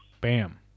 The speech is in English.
Bam